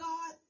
God